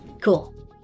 Cool